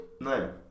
No